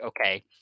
Okay